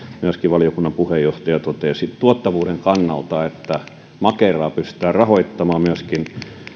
myöskin valiokunnan puheenjohtaja totesivat tuottavuuden kannalta on se että makeraa pystytään rahoittamaan myöskin